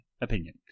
opinion